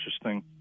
interesting